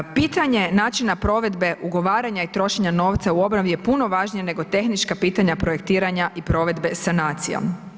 Pitanje načina provedbe, ugovaranja i trošenja novca u obnovi je puno važnije nego tehnička pitanja projektiranja i provedbe sanacija.